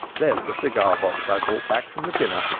thereas the cigar-box i brought back from the dinner